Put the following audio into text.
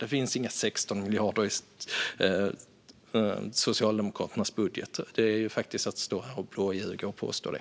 Det finns inga 16 miljarder i Socialdemokraternas budget. Det är faktiskt att blåljuga att stå här och påstå det.